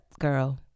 girl